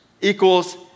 equals